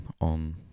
on